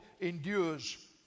endures